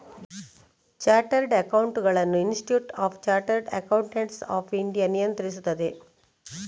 chartered ಅಕೌಂಟೆಂಟುಗಳನ್ನು institute of chartered accountants of India ನಿಯಂತ್ರಿಸುತ್ತದೆ